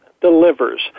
delivers